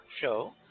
show